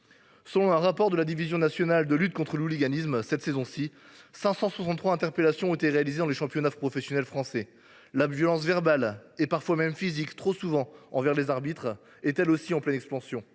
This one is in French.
Selon un rapport de la division nationale de lutte contre le hooliganisme, au cours de cette saison, 563 interpellations ont été réalisées dans les championnats professionnels français. La violence verbale, parfois même physique, envers les arbitres, est, elle aussi, en pleine expansion.